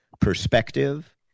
perspective